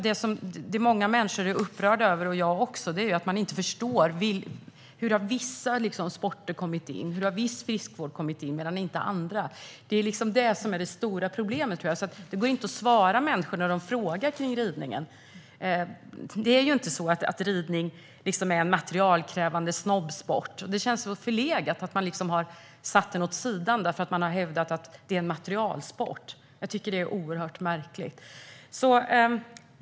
Det som många människor - och också jag - är upprörda över är att man inte förstår hur vissa sporter och viss friskvård kommit med på listan medan andra inte har gjort det. Det är det som är det stora problemet. När människor frågar om ridningen går det inte att svara. Ridning är inte en materialkrävande snobbsport. Det känns så förlegat att man har satt den åt sidan därför att man har hävdat att det är en materialsport. Jag tycker att det är oerhört märkligt.